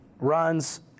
runs